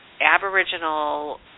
aboriginal